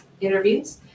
interviews